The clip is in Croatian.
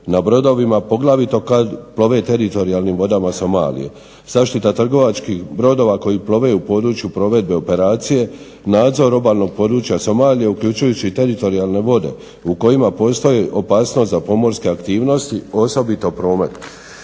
na brodovima poglavito kada plove teritorijalnim vodama Somalije, zaštita trgovačkih brodova koji plove u području provedbe operacije, nadzornog obalnog područja Somalije uključujući i teritorijalne vode u kojima postoji opasnost za pomorske aktivnosti osobito promet.